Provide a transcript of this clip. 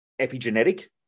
epigenetic